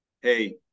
hey